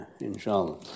inshallah